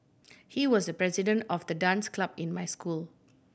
he was the president of the dance club in my school